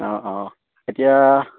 অঁ অঁ এতিয়া